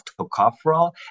tocopherol